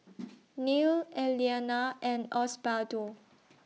Neal Elianna and Osbaldo